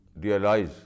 realize